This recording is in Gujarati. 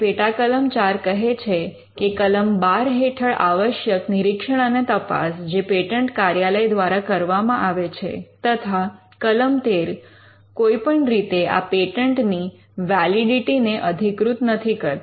પેટાકલમ 13 કહે છે કે કલમ 12 હેઠળ આવશ્યક નિરીક્ષણ અને તપાસ જે પેટન્ટ કાર્યાલય દ્વારા કરવામાં આવે છે તથા કલમ 13 કોઈપણ રીતે આ પેટન્ટની વૅલિડિટિ ને અધિકૃત નથી કરતા